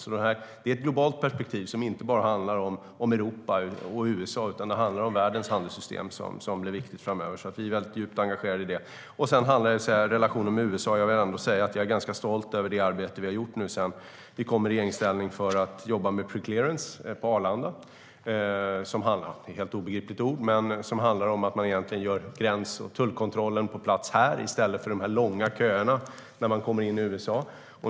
Det är alltså ett globalt perspektiv som inte bara handlar om Europa och USA utan om världens handelssystem som blir viktigt framöver. Vi är djupt engagerade i det. I fråga om relationen med USA är jag ganska stolt över det arbete som vi har gjort sedan vi kom i regeringsställning. Vi har jobbat med preclearance på Arlanda. Det är ett obegripligt ord, men det handlar om att gräns och tullkontrollen görs här i stället, för att man ska slippa de långa köerna när man kommer in i USA.